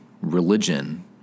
religion